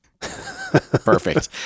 Perfect